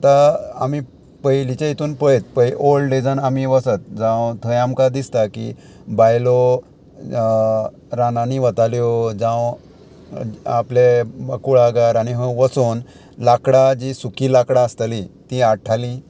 आतां आमी पयलींच्या हितून पळयत पळय ओल्ड एजान आमी वचत जावं थंय आमकां दिसता की बायलो रानांनी वताल्यो जावं आपले कुळागर आनी हय वचोन लांकडां जी सुकी लांकडां आसताली ती आडटाली